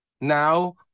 now